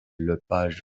lepage